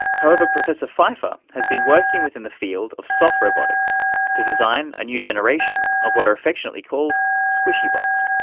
however, professor pfeifer has been working within the field of soft robotics to design a new generation of what are affectionately called squishy bots.